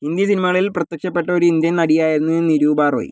ഹിന്ദി സിനിമകളിൽ പ്രത്യക്ഷപ്പെട്ട ഒരു ഇന്ത്യൻ നടിയായിരുന്നു നിരൂപ റോയ്